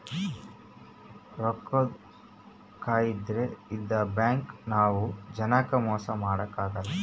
ರೊಕ್ಕದ್ ಕಾಯಿದೆ ಇಂದ ಬ್ಯಾಂಕ್ ನವ್ರು ಜನಕ್ ಮೊಸ ಮಾಡಕ ಅಗಲ್ಲ